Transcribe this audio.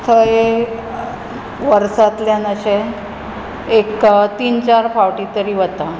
थंय वर्सांतल्यान अशें एक तीन चार फावटीं तरी वता